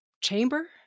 chamber